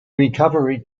recovery